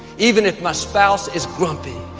even if my spouse is grumpy,